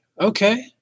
Okay